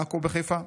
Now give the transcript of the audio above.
בעכו ובחיפה.